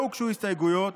לא הוגשו הסתייגויות,